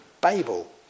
Babel